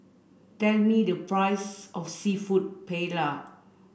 tell me the price of Seafood Paella